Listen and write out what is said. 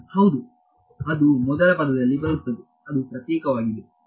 ವಿದ್ಯಾರ್ಥಿ ಹೌದು ಅದು ಮೊದಲ ಪದದಲ್ಲಿ ಬರುತ್ತದೆ ಅದು ಪ್ರತ್ಯೇಕವಾಗಿದೆ